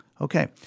Okay